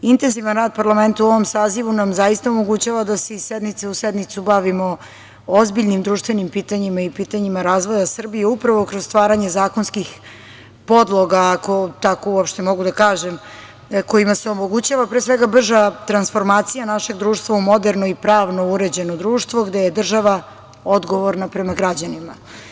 Intenzivan rad parlamenta u ovom sazivu nam zaista omogućava da se iz sednice u sednicu bavimo ozbiljnim društvenim pitanjima i pitanjima razvoja Srbije upravo kroz stvaranje zakonskih podloga, ako tako uopšte mogu da kažem, kojima se omogućava, pre svega, brža transformacija našeg društva u moderno i pravno uređeno društvo, gde je država odgovorna prema građanima.